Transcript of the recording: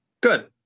Good